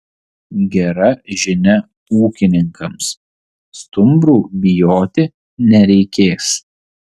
gera žinia ūkininkams stumbrų bijoti nereikės